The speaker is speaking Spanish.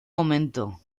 momento